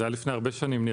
זה היה לפני הרבה שנים.